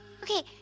Okay